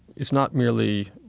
is not merely